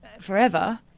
forever